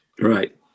Right